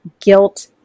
guilt